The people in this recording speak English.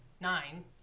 nine